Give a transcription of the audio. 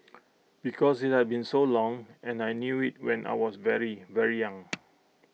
because IT had been so long and I knew IT when I was very very young